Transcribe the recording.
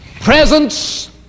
presence